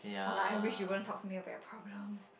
or like I wish you wouldn't talk to me about your problems